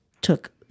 took